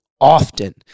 often